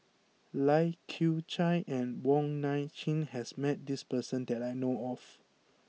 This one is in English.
Lai Kew Chai and Wong Nai Chin has met this person that I know of